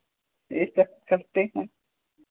ये कर करते हैं